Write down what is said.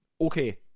okay